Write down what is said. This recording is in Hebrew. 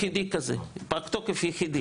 פג תוקף יחידי.